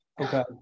Okay